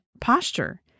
posture